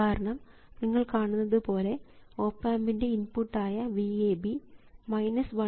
കാരണം നിങ്ങൾ കാണുന്നതുപോലെ ഓപ് ആമ്പിൻറെ ഇൻപുട്ട് ആയ VAB 1k x VTEST ആണ്